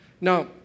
Now